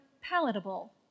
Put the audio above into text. palatable